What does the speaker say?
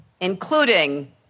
including